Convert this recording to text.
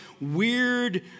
weird